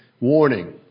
warning